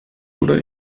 oder